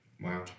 Wow